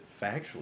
factually